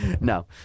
no